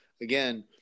again